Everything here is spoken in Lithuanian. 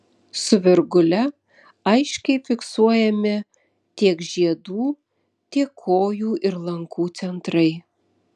su virgule aiškiai fiksuojami tiek žiedų tiek kojų ir lankų centrai